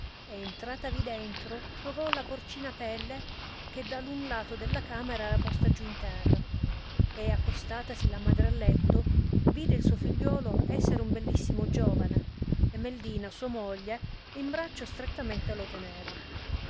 e entratavi dentro trovò la porcina pelle che da un lato della camera era posta giù in terra e accostatasi la madre al letto vide il suo figliuolo essere un bellissimo giovane e meldina sua moglie in braccio strettamente lo teneva